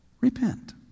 repent